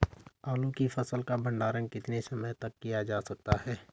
आलू की फसल का भंडारण कितने समय तक किया जा सकता है?